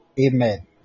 Amen